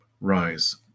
rise